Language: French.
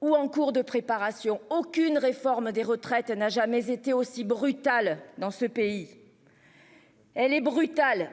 Ou en cours de préparation, aucune réforme des retraites n'a jamais été aussi brutale dans ce pays. Elle est brutal